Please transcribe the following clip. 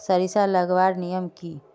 सरिसा लगवार नियम की?